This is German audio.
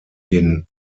den